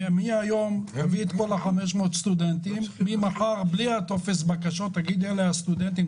תביא היום את כל 500 הסטודנטים בלי טופס הבקשות ותגיד: אלה הסטודנטים,